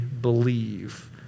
believe